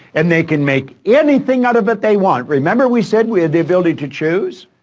and they can make anything out of it they want. remember, we said we had the ability to choose?